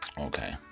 Okay